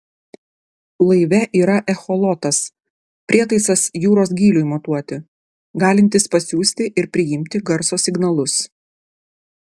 laive yra echolotas prietaisas jūros gyliui matuoti galintis pasiųsti ir priimti garso signalus